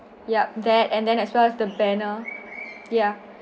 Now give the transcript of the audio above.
yup that and then as well as the banner ya